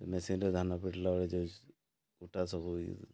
ମେସିନ୍ରେ ଧାନ ପିଟିଲା ବେଳେ ଯେଉଁ କୁଟା ସବୁ